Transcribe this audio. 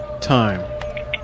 Time